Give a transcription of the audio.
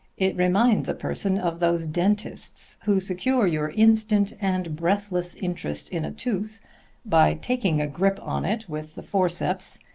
it reminds a person of those dentists who secure your instant and breathless interest in a tooth by taking a grip on it with the forceps,